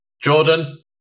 Jordan